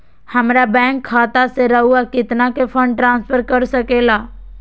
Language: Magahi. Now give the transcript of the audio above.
हमरा बैंक खाता से रहुआ कितना का फंड ट्रांसफर कर सके ला?